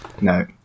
No